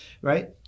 right